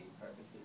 purposes